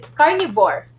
carnivore